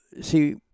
see